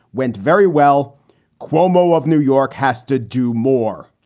went very well cuomo of new york has to do more.